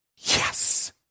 Yes